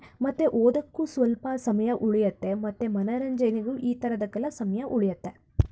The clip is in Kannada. ಮತ್ತು ಓದಕ್ಕೂ ಸ್ವಲ್ಪ ಸಮಯ ಉಳಿಯತ್ತೆ ಮತ್ತು ಮನೋರಂಜನೆಗೂ ಈ ಥರದ್ದಕ್ಕೆಲ್ಲ ಸಮಯ ಉಳಿಯತ್ತೆ